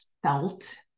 Felt